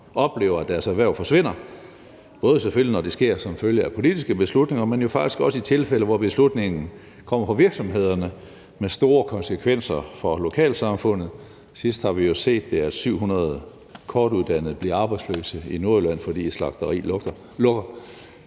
oplever, at deres erhverv forsvinder, både selvfølgelig når det sker som følge af politiske beslutninger, men jo faktisk også i tilfælde, hvor beslutningen kommer fra virksomhederne med store konsekvenser for lokalsamfundet. Sidst har vi jo set, at 700 kortuddannede bliver arbejdsløse i Nordjylland, fordi et slagteri lukker.